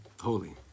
holy